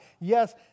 Yes